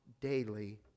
daily